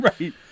right